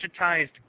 digitized